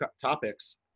topics